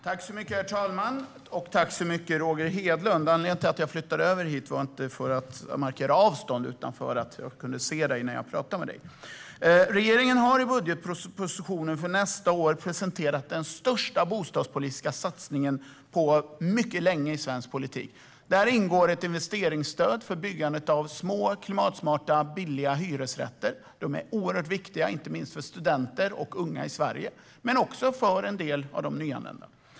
Herr talman! Tack för frågan, Roger Hedlund! Regeringen har i budgetpropositionen för nästa år presenterat den största bostadspolitiska satsningen på mycket länge i Sverige. Där ingår ett investeringsstöd för byggandet av små, klimatsmarta, billiga hyresrätter. De är oerhört viktiga inte minst för studenter och andra unga i Sverige men också för en del av de nyanlända.